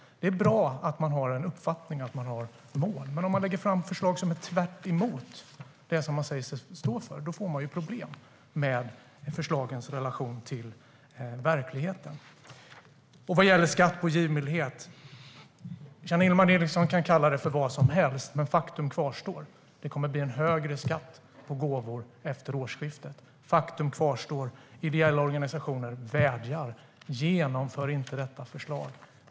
Det är bra att man har en uppfattning, att man har mål. Men om man lägger fram förslag som går tvärtemot det som man säger sig stå för får man problem med förslagens relation till verkligheten. Vad gäller skatt på givmildhet kan Janine Alm Ericson kalla det för vad som helst. Men faktum kvarstår; det kommer att bli högre skatt på gåvor efter årsskiftet. Faktum kvarstår; ideella organisationer vädjar om att detta förslag inte ska genomföras.